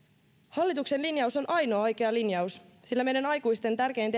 hallituksen linjaus on ainoa oikea linjaus sillä meidän aikuisten tärkein